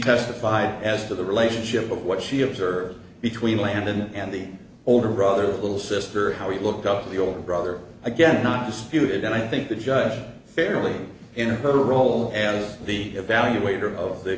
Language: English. testified as to the relationship of what she observed between landon and the older brother the little sister how he looked up to the older brother again not disputed and i think the judge fairly in her role and the evaluator of the